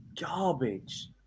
garbage